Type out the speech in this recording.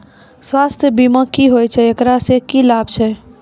स्वास्थ्य बीमा की होय छै, एकरा से की लाभ छै?